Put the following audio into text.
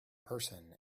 person